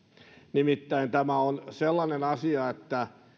nimittäin tämä on sellainen asia että